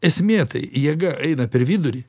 esmė tai jėga eina per vidurį